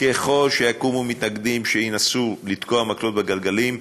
ככל שיקומו מתנגדים שינסו לתקוע מקלות בגלגלים,